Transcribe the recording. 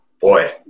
Boy